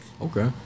Okay